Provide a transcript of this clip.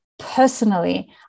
Personally